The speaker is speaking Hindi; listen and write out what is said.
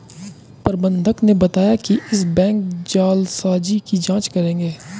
प्रबंधक ने बताया कि वो इस बैंक जालसाजी की जांच करेंगे